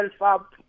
up